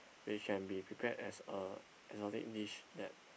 which can be prepared as a exotic dish that